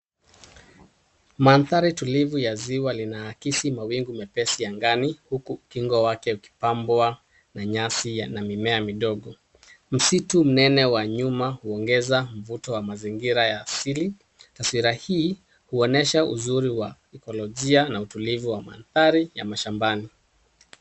Mandhari tulivu ya ziwa linaakisi mawingu mepesi ya angani huku ukingo wake ukipambwa na nyasi na mimea midogo. Msitu mnene wa nyuma huongeza mvuto wa mazingira ya asili. Taswira hii, huonyesha uzuri wa ekelojia na utulivu wa mandhari ya mashambani.